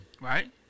right